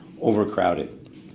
overcrowded